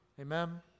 Amen